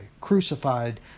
crucified